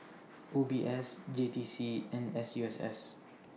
O B S J T C and S U S S